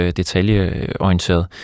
detaljeorienteret